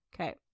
Okay